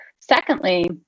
Secondly